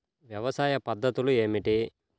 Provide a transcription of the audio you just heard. వ్యవసాయ పద్ధతులు ఏమిటి?